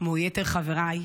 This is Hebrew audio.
כמו יתר חבריי,